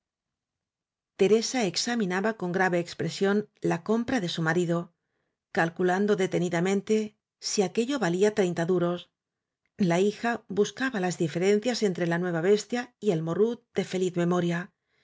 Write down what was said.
teresa examinaba con grave expresión la compra de su marido calculando deteni damente si aquello valía treinta duros la hija buscaba las diferencias entre la nueva bestia y el morrut de feliz memoria